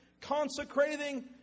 consecrating